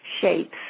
shapes